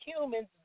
humans